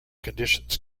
conditions